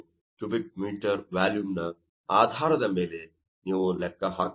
4 m3 volume ನ್ ಆಧಾರದ ಮೇಲೆ ನೀವು ಲೆಕ್ಕ ಹಾಕಬಹುದು